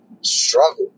struggle